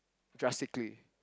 drastically